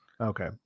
Okay